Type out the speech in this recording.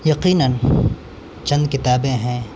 یقیناً چند کتابیں ہیں